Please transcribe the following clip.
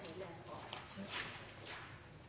et